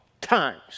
times